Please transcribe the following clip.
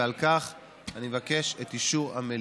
ועל כך אני מבקש את אישור המליאה.